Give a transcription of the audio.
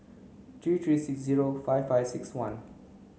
three three six zero five five six one